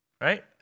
right